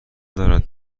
دارد